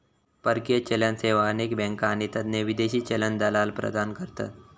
परकीय चलन सेवा अनेक बँका आणि तज्ञ विदेशी चलन दलाल प्रदान करतत